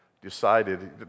decided